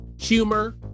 humor